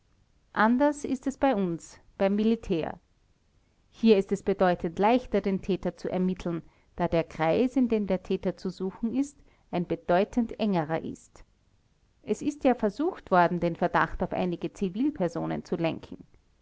anders ist es bei uns beim militär hier ist es bedeutend leichter den täter zu ermitteln da der kreis in dem der täter zu suchen ist ein bedeutend engerer ist es ist ja versucht worden den verdacht auf einige zivilpersonen zu lenken